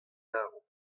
tarv